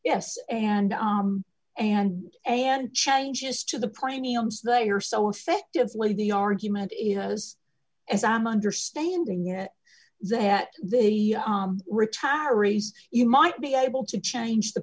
yes and and a and changes to the premiums they are so effectively the argument goes if i'm understanding it that the retiree's you might be able to change the